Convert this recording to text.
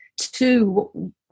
two